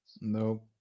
Nope